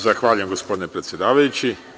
Zahvaljujem gospodine predsedavajući.